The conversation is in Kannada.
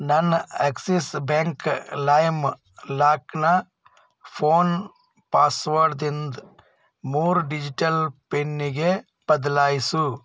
ನನ್ನ ಆಕ್ಸಿಸ್ ಬ್ಯಾಂಕ್ ಲೈಮ್ ಲಾಕಿನ ಫೋನ್ ಪಾಸ್ವರ್ಡ್ದಿಂದ ಮೂರು ಡಿಜಿಟಲ್ ಪಿನ್ನಿಗೆ ಬದಲಾಯಿಸು